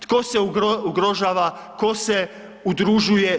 Tko se ugrožava, tko se udružuje?